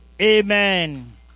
Amen